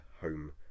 home